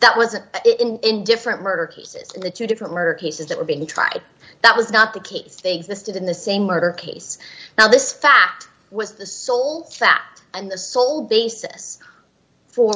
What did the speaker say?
that wasn't in different murder cases the two different murder cases that were being tried that was not the case they existed in the same murder case now this fact was the sole that and the sole basis for